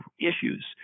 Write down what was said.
issues